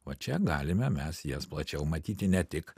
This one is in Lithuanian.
o čia galime mes jas plačiau matyti ne tik